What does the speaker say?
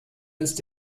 ist